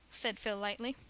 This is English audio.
said phil lightly.